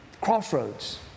Crossroads